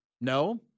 No